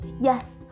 yes